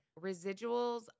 Residuals